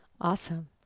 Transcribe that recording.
Awesome